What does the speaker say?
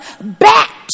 back